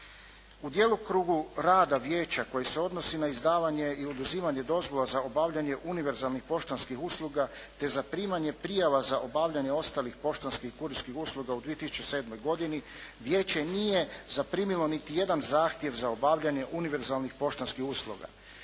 U djelokrugu rada vijeća koji se odnosi na izdavanje i oduzimanje dozvola za obavljanje univerzalnih poštanskih usluga te zaprimanje prijava za obavljanje ostalih kurirskih usluga u 2007. godini, vijeće nije zaprimilo niti jedan zahtjev za obavljanje univerzalnih poštanskih usluga.